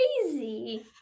crazy